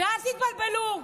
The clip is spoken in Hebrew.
ואל תתבלבלו,